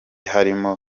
harimo